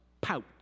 pout